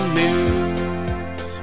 news